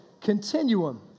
Continuum